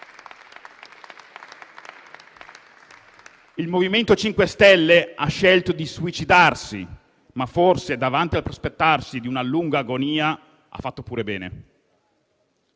Il MoVimento 5 Stelle ha scelto di suicidarsi, ma forse, davanti al prospettarsi di una lunga agonia, ha fatto pure bene.